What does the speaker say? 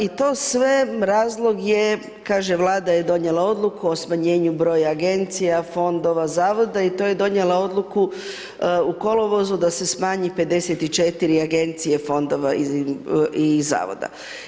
I to sve, razlog je, kaže Vlada je donijela odluku o smanjenju broja agencija, fondova, zavoda i to je donijela odluku u kolovozu da se smanji 54 agencije fondova i zavoda.